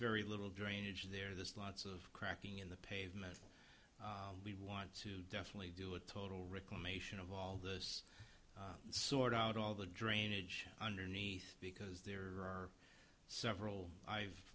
very little drainage there there's lots of cracking in the pavement we want to definitely do a total recall mation of all those sort out all the drainage underneath because there are several i've